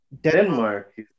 Denmark